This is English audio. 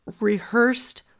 rehearsed